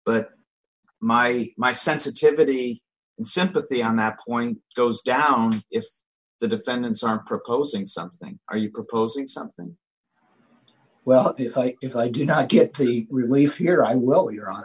but my my sensitivity and sympathy on that point goes down if the defendants aren't proposing something are you proposing something well if i do not get the relief here i will you're on